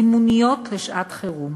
זימוניות לשעת-חירום,